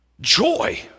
joy